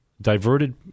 diverted